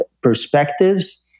perspectives